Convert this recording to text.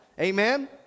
Amen